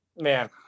man